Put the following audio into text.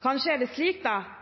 mange norske forbrukere, vil få langt mer igjen med det